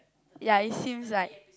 ya it seems like